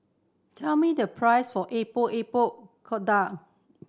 tell me the price for Epok Epok Kentang